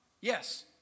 Yes